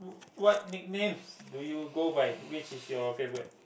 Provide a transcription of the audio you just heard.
what nicknames do you go by which is your favourite